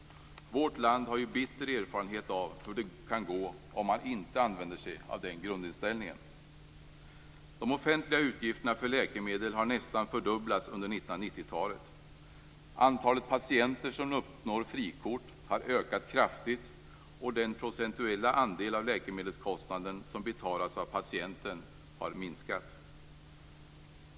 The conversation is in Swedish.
Vårt land har bitter erfarenhet av hur det kan gå om man inte använder sig av den grundinställningen. De offentliga utgifterna för läkemedel har nästan fördubblats under 1990-talet. Antalet patienter som uppnår gränsen för frikort har ökat kraftigt. Den procentuella andel av läkemedelskostnaden som betalas av patienten har minskat.